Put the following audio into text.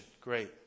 Great